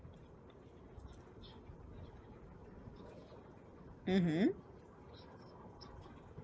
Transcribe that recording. mmhmm